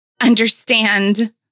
understand